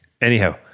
Anyhow